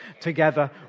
together